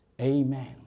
Amen